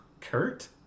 Kurt